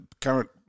current